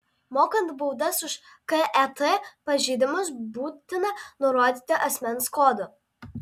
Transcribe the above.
mokant baudas už ket pažeidimus būtina nurodyti asmens kodą